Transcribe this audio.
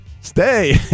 stay